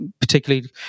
particularly